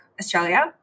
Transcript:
Australia